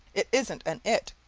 it isn't an it,